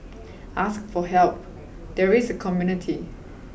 ask for help there is a community